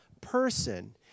person